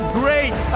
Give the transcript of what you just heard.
great